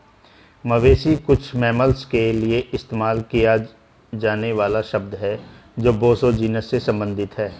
मवेशी कुछ मैमल्स के लिए इस्तेमाल किया जाने वाला शब्द है जो बोसो जीनस से संबंधित हैं